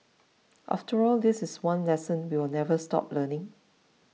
after all this is one lesson we will never stop learning